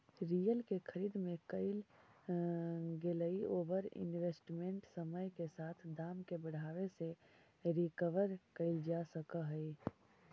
real के खरीद में कईल गेलई ओवर इन्वेस्टमेंट समय के साथ दाम के बढ़ावे से रिकवर कईल जा सकऽ हई